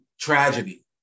tragedy